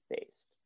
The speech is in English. based